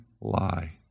lie